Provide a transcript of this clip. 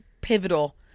pivotal